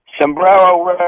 Sombrero